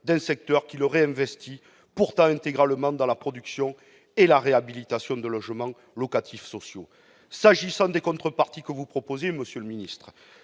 d'un secteur qui le réinvestit pourtant intégralement dans la production et la réhabilitation de logements locatifs sociaux. S'agissant des contreparties que vous proposez, monsieur le ministre,